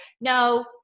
No